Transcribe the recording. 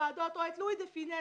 בוועדות, או אולי את לואי דה פינס.